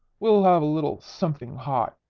we'll have a little something hot.